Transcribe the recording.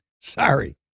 Sorry